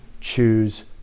choose